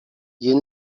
you